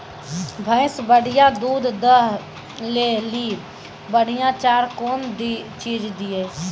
भैंस बढ़िया दूध दऽ ले ली बढ़िया चार कौन चीज दिए?